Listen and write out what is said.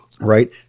Right